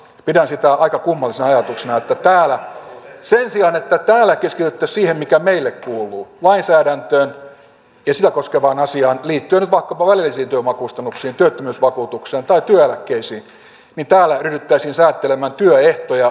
pidän sitä aika kummallisena ajatuksena että sen sijaan että täällä keskityttäisiin siihen mikä meille kuuluu lainsäädäntöön ja sitä koskevaan asiaan liittyen nyt vaikkapa välillisiin työvoimakustannuksiin työttömyysvakuutukseen tai työeläkkeisiin täällä ryhdyttäisiin säätelemään työehtoja